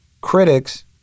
critics